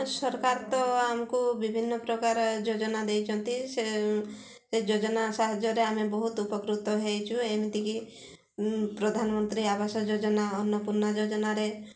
ସରକାର ତ ଆମକୁ ବିଭିନ୍ନ ପ୍ରକାର ଯୋଜନା ଦେଇଛନ୍ତି ସେ ଯୋଜନା ସାହାଯ୍ୟରେ ଆମେ ବହୁତ ଉପକୃତ ହେଇଛୁ ଏମିତିକି ପ୍ରଧାନମନ୍ତ୍ରୀ ଆବାସ ଯୋଜନା ଅନ୍ନପୂର୍ଣ୍ଣା ଯୋଜନାରେ